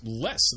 less